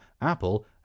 Apple